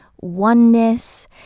oneness